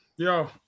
Yo